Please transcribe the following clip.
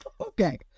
Okay